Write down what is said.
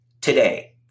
today